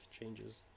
changes